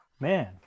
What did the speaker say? man